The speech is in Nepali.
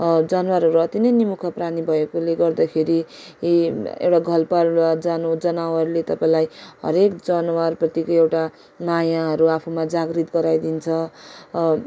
जनावरहरू अति नै निमुखा प्राणी भएकोले गर्दाखेरि एउटा घरपालुवा जना जनावरले तपाईँलाई हरेक जनावरप्रतिको आफ्नो मायाहरू आफूमा जागृत गराइदिन्छ